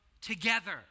together